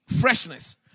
freshness